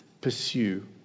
pursue